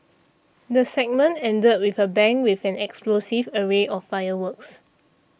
the segment ended with a bang with an explosive array of fireworks